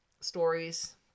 stories